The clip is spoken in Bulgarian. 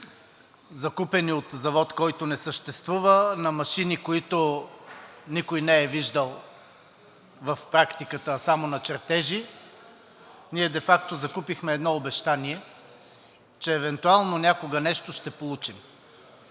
закупени от завод, който не съществува, на машини, които никой не е виждал в практиката, а само на чертежи, ние де факто закупихме едно обещание, че евентуално някога нещо ще получим.